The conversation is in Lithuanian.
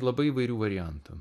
labai įvairių variantų